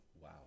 Wow